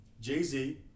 Jay-Z